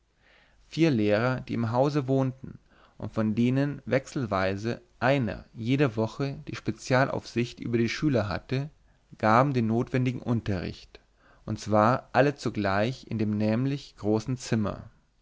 vier lehrer die im hause wohnten und von denen wechselweise einer jede woche die spezialaufsicht über die schüler hatte gaben den notwendigen unterricht und zwar alle zugleich in dem nämlichen großen zimmer